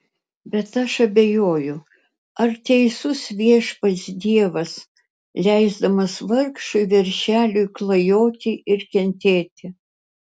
bet aš abejoju ar teisus viešpats dievas leisdamas vargšui veršeliui klajoti ir kentėti